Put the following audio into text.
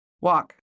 Walk